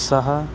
सः